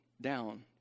down